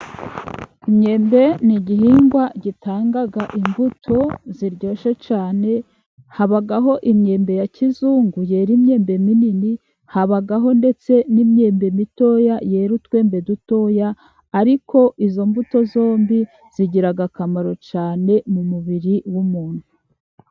Imyembe ni igihingwa gitanga imbuto ziryoshye cyane habaho imyembe ya kizungu, yera imyembe minini, habaho ndetse n' imyembe mitoya yera utwembe dutoya ariko izo mbuto zombi zigira akamaro cyane mu mubiri w' umuntu.